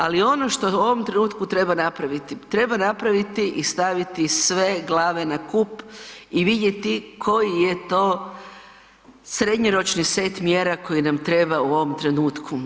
Ali ono što u ovom trenutku treba napraviti, treba napraviti i staviti sve glave na kup i vidjeti koji je to srednjoročni set mjera koji nam treba u ovom trenutku.